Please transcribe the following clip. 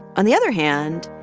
on the other hand,